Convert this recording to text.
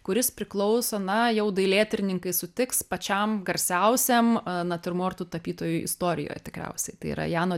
kuris priklauso na jau dailėtyrininkai sutiks pačiam garsiausiam natiurmortų tapytojų istorijoj tikriausiai tai yra jano